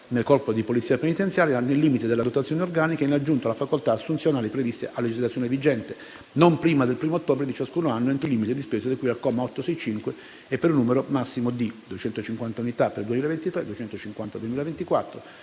del corpo di polizia penitenziaria, nel limite della dotazione organica, in aggiunta alle facoltà assunzionali previste a legislazione vigente, non prima del 1° ottobre di ciascun anno, entro il limite di spesa di cui al comma 865 e per un numero massimo di 250 unità per l'anno 2023, 250